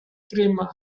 crema